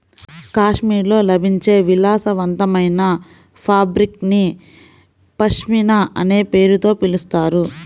కాశ్మీర్లో లభించే విలాసవంతమైన ఫాబ్రిక్ ని పష్మినా అనే పేరుతో పిలుస్తారు